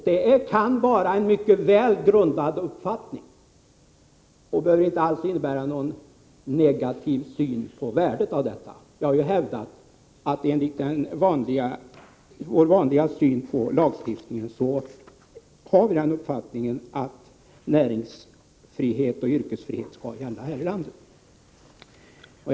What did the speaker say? Det kan vara fråga om en mycket väl grundad uppfattning, och det behöver inte alls innebära en negativ syn på värdet av detta. Vi har, i enlighet med vår syn på den vanliga lagstiftningen, den uppfattningen att näringsfrihet och yrkesfrihet skall gälla här i landet.